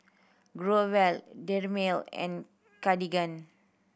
Growell Dermale and Cartigain